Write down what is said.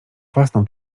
własną